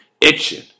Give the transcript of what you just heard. itching